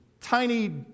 tiny